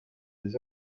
des